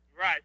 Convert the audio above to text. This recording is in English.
Right